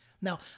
Now